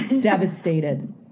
devastated